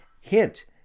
Hint